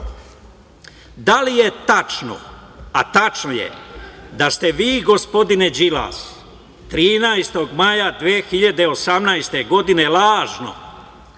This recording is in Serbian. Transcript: da li je tačno, a tačno je da ste vi gospodine Đilas 13. maja 2018. godine lažno